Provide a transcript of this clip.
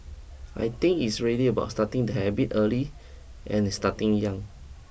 I think it's really about starting the habit early and starting young